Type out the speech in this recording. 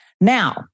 Now